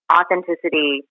authenticity